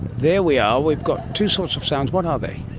there we are, we've got two sorts of sounds. what are they?